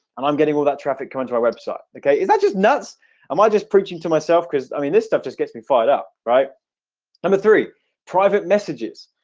and i'm getting all that traffic coming to our website, okay? is that just nuts am i just preaching to myself because i mean this stuff? just gets me fired up right number three private messages.